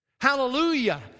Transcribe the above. Hallelujah